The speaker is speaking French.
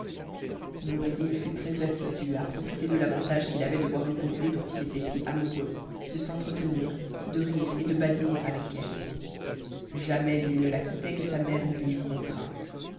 noureddin fut très assidu à profiter de l'avantage qu'il avait de voir une beauté dont il était si amoureux de s'entretenir de rire et de badiner avec elle jamais il ne la quittait que sa mère ne l'y eût contraint